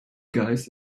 guys